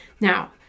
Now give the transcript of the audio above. Now